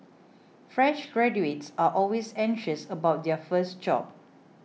fresh graduates are always anxious about their first job